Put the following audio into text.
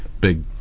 big